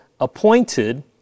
appointed